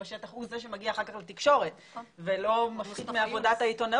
בשטח הוא זה שמגיע אחר כך לתקשורת ולא מפחית מעבודת העיתונאות.